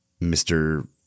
Mr